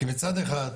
כי מצד אחד,